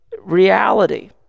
reality